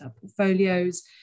portfolios